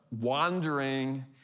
wandering